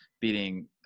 beating